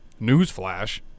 Newsflash